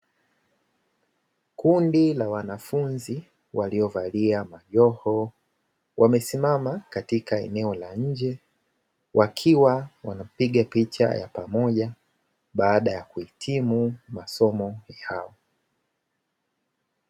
Kundi la wanafunzi waliovalia majoho, wamesimama katika eneo la nje; wakiwa wanapiga picha ya pamoja baada ya kuhitimu masomo yao.